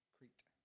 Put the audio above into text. Crete